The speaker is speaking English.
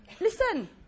Listen